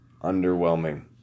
underwhelming